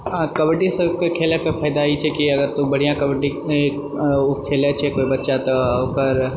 कबड्डीसभकऽ खेलयकऽ फायदा ई छै कि अगर तू बढिआँ कबड्डी खेलैत छै कोइ बच्चा तऽ ओकर